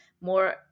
more